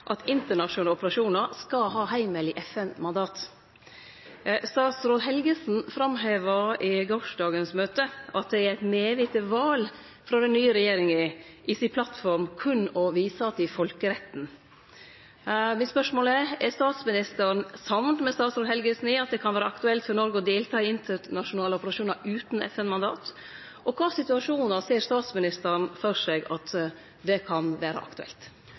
at internasjonale operasjonar skal ha heimel i FN-mandat. Statsråd Helgesen framheva i gårsdagens møte at det er eit medvite val frå den nye regjeringa at ho i plattforma si berre viser til folkeretten. Spørsmålet er: Er statsministeren samd med statsråd Helgesen i at det kan vere aktuelt for Noreg å delta i internasjonale operasjonar utan FN-mandat? I kva situasjonar ser statsministeren for seg at dette kan vere aktuelt?